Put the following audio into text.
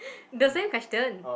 the same question